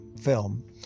film